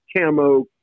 camo